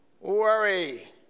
worry